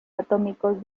atómicos